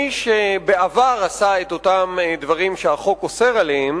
מי שבעבר עשה את אותם דברים שהחוק אוסר עליהם,